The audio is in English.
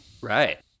Right